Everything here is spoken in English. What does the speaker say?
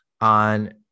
on